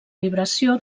vibració